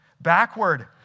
Backward